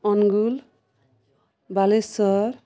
Angul Balasore